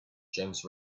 james